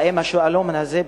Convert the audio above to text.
האם השאלון הזה,